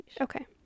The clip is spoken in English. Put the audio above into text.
okay